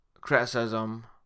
criticism